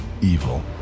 evil